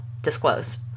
Disclose